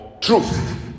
truth